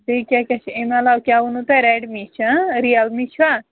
بیٚیہِ کیٛاہ کیٛاہ چھِ اَمہِ علاوٕ کیٛاہ ووٚنو تۄہہِ رٮ۪ڈمی ریلمی چھا